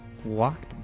walked